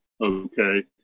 okay